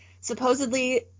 supposedly